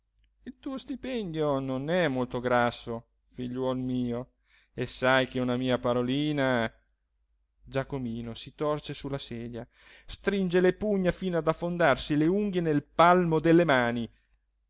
il tuo stipendio non è molto grasso figliuol mio e sai che una mia parolina giacomino si torce su la sedia stringe le pugna fino ad affondarsi le unghie nel palmo delle mani